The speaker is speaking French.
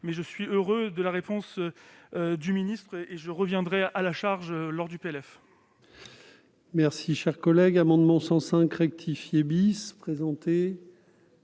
dit, je suis heureux de la réponse du ministre ; je reviendrai à la charge lors de